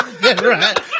Right